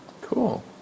cool